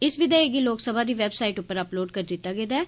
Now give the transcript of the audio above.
इस विधेयक गी लोकसभा दी वैबसाईट उप्पर अपलोड़ करी दित्ता गेदा ऐ